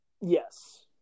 yes